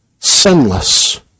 Sinless